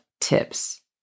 tips